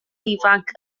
ifanc